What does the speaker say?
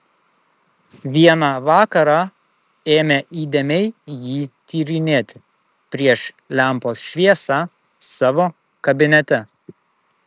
vieną vakarą ėmė įdėmiai jį tyrinėti prieš lempos šviesą savo kabinete